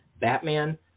Batman